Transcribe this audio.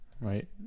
right